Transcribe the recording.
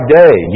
day